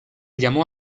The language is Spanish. llamó